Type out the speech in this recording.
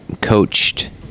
coached